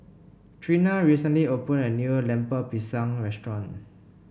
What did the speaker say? Treena recently opened a new Lemper Pisang Restaurant